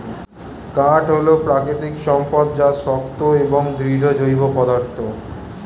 কাঠ হল প্রাকৃতিক সম্পদ যা শক্ত এবং দৃঢ় জৈব পদার্থ